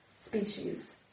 species